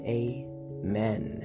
amen